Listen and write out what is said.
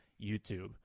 YouTube